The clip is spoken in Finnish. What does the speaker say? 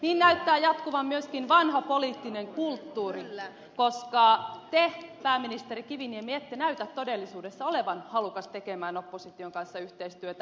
niin näyttää jatkuvan myöskin vanha poliittinen kulttuuri koska te pääministeri kiviniemi ette näy todellisuudessa olevan halukas tekemään opposition kanssa yhteistyötä